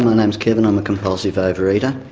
my name is kevin, i'm a compulsive overeater.